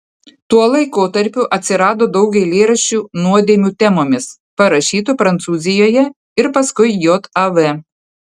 tuo laikotarpiu atsirado daug eilėraščių nuodėmių temomis parašytų prancūzijoje ir paskui jav